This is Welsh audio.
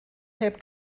heb